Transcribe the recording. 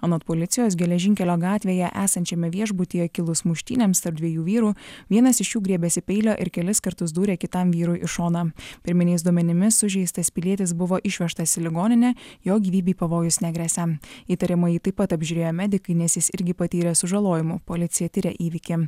anot policijos geležinkelio gatvėje esančiame viešbutyje kilus muštynėms tarp dviejų vyrų vienas iš jų griebėsi peilio ir kelis kartus dūrė kitam vyrui į šoną pirminiais duomenimis sužeistas pilietis buvo išvežtas į ligoninę jo gyvybei pavojus negresia įtariamąjį taip pat apžiūrėjo medikai nes jis irgi patyrė sužalojimų policija tiria įvykį